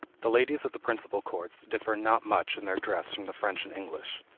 the ladies at the principal courts, differ not much in their dress from the french and english.